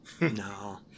No